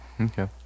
Okay